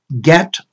get